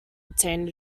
obtain